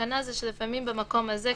שלפעמים במודל הזה,